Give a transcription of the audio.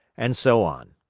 and so on.